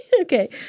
Okay